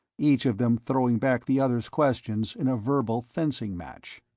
each of them throwing back the other's questions in a verbal fencing-match.